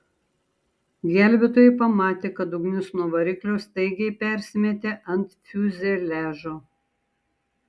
gelbėtojai pamatė kad ugnis nuo variklio staigiai persimetė ant fiuzeliažo